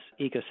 ecosystem